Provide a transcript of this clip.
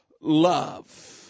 love